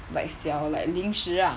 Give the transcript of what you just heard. like 小 like 零食 ah